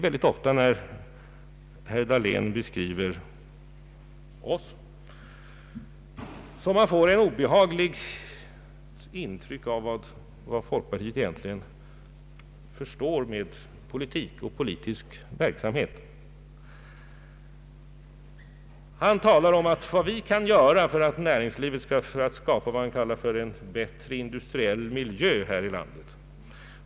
Mycket ofta när herr Dahlén beskriver oss får man ett obehagligt intryck av folkpartiets uppfattning om politik och politisk verksamhet. Herr Dahlén talar om vad vi kan göra för att skapa en bättre industriell miljö här i landet.